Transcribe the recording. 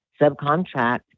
subcontract